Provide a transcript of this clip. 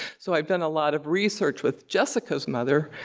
so i've done a lot of research with jessica's mother.